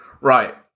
Right